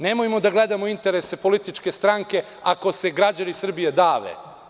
Nemojmo da gledamo interese političke stranke, ako se građani Srbije dave.